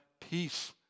peace